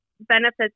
benefits